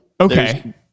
Okay